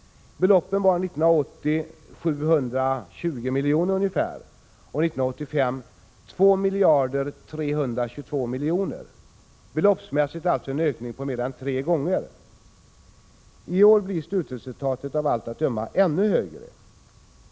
Beloppet var 1980 ungefär 720 milj.kr., och 1985 var beloppet 2 miljarder 322 miljoner. Beloppen blev alltså mer än tre gånger högre. Och i år blir slutresultatet av allt att döma ännu högre.